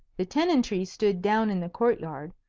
the tenantry stood down in the court-yard,